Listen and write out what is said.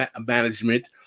management